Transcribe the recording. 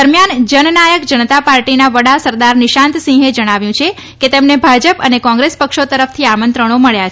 દરમ્યાન જનનાયક જનતા પાર્ટીના વડા સરદાર નિશાંત સિંહે જણાવ્યું છે કે તેમને ભાજપ અને કોંગ્રેસ પક્ષો તરફથી આમંત્રણો મળ્યા છે